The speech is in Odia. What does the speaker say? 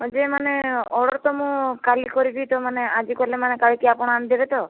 ହଁ ଯେ ମାନେ ଅର୍ଡ଼ର୍ ତ ମୁଁ କାଲି କରିବି ତ ମାନେ ଆଜି କଲେ ମାନେ କାଲିକୁ ଆପଣ ଆଣିଦେବେ ତ